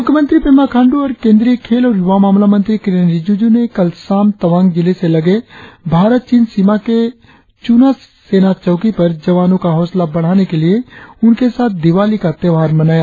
मुख्यमंत्री पेमा खांडू और केंद्रीय खेल और युवा मामला मंत्री किरेन रिजिजू ने कल शाम तवांग जिले से लगे भारत चीन सीमा के चुना सेना चौकी पर जवानों का हौसला बढ़ाने के लिए उनके साथ दिवाली का त्यौहार मनाया